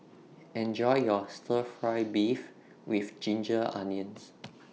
Enjoy your Stir Fry Beef with Ginger Onions